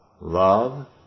Love